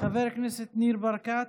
חבר הכנסת ניר ברקת,